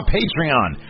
Patreon